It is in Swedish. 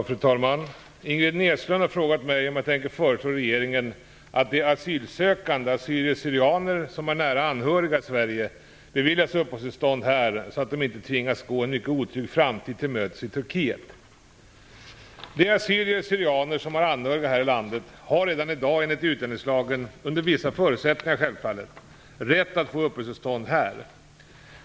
Fru talman! Ingrid Näslund har frågat mig om jag tänker föreslå regeringen att de asylsökande assyrier syrianer som har anhöriga här i landet har redan i dag enligt utlänningslagen, självfallet under vissa förutsättningar, rätt att få uppehållstillstånd här.